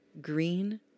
green